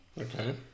Okay